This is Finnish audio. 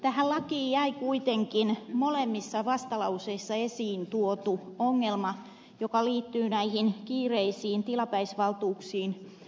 tähän lakiin jäi kuitenkin molemmissa vastalauseissa esiin tuotu ongelma joka liittyy kiireellisiin tilapäisvaltuuksiin